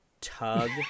tug